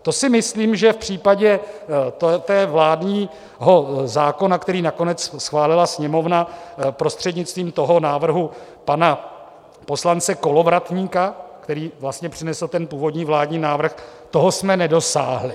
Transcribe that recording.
To si myslím, že případě vládního zákona, který nakonec schválila Sněmovna prostřednictvím návrhu poslance Kolovratníka, který vlastně přinesl ten původní vládní návrh, toho jsme nedosáhli.